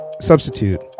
substitute